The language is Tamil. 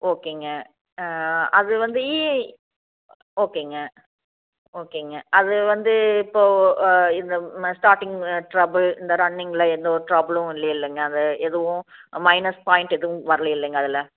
ஓகேங்க அது வந்து இ ஓகேங்க ஓகேங்க அது வந்து இப்போ இந்த ஸ்டார்ட்டிங்கில் ட்ரபுள் இந்த ரன்னிங்கில் எந்தவொரு ட்ரபுள்ளும் இல்லைலங்க அந்த எதுவும் மைனஸ் பாயிண்ட் எதுவும் வர்லையில்லங்க அதுலே